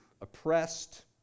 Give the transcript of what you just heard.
oppressed